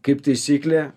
kaip taisyklė